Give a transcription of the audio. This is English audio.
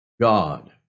God